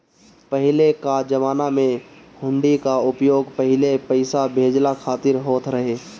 पहिले कअ जमाना में हुंडी कअ उपयोग पहिले पईसा भेजला खातिर होत रहे